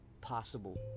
possible